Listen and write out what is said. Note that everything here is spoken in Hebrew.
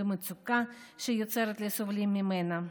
במצוקה שהיא יוצרת לסובלים ממנה,